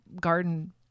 garden